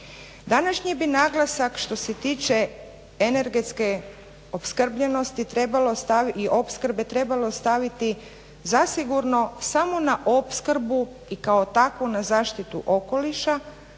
Današnji bi naglasak što se tiče energetske opskrbljenosti trebalo i opskrbe trebalo staviti zasigurno samo na opskrbu i kao takvu na zaštitu okoliša.